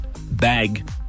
bag